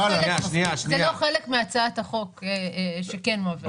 זה לא חלק מהצעת החוק שכן מועברת.